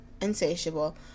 Insatiable